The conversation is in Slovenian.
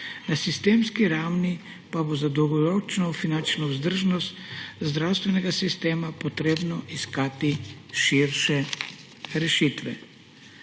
Na sistemski ravni pa bo za dolgoročno finančno vzdržnost zdravstvenega sistema treba iskati širše rešitve.